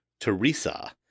Teresa